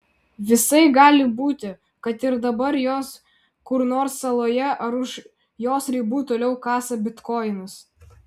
visai gali būti kad ir dabar jos kur nors saloje ar už jos ribų toliau kasa bitkoinus